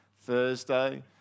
Thursday